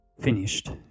finished